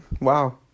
wow